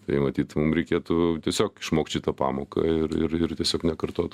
tai matyt mum reikėtų tiesiog išmokt šitą pamoką ir ir ir tiesiog nekartot